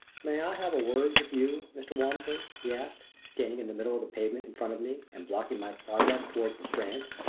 may i have a word with you, mr. walmsley? he asked, standing in the middle of the pavement in front of me and blocking my progress toward the strand.